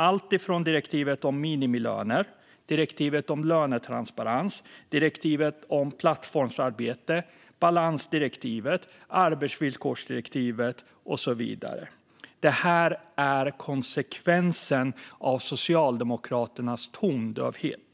- direktivet om minimilöner, direktivet om lönetransparens, direktivet om plattformsarbete, balansdirektivet, arbetsvillkorsdirektivet och så vidare. Det här är konsekvensen av Socialdemokraternas tondövhet.